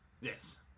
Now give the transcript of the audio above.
Yes